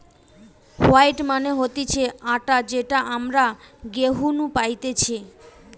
wheat মানে হতিছে আটা যেটা আমরা গেহু নু পাইতেছে